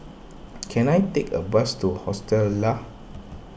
can I take a bus to Hostel Lah